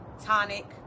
tonic